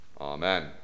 Amen